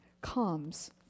comes